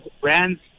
brands